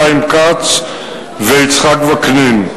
חיים כץ ויצחק וקנין.